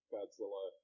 Godzilla